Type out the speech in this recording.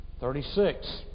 Thirty-six